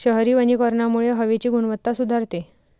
शहरी वनीकरणामुळे हवेची गुणवत्ता सुधारते